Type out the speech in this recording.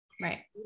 Right